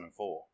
2004